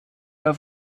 der